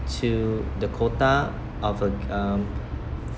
to the quota of the um